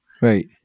right